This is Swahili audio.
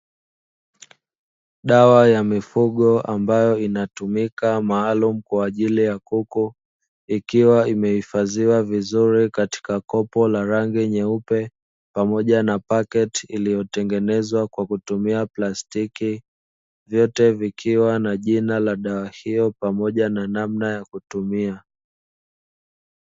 Dawa ya mifugo ambayo inatumika maalumu kwa ajili ya kuku, ikiwa imehifadhiwa vizuri katika kopo la rangi nyeupe pamoja na paketi iliyotengenezwa kwa kutumia plastiki. Vyote vikiwa na jina la dawa hiyo pamoja na namna ya kutumia.